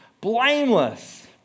blameless